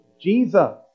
Jesus